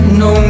no